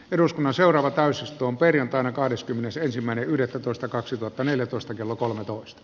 eduskunnan seuraava tays on perjantaina kahdeskymmenesensimmäinen yhdettätoista kaksituhattaneljätoista kello kolmetoista